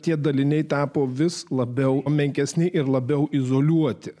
tie daliniai tapo vis labiau menkesni ir labiau izoliuoti